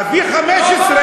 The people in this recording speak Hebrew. ה-V15,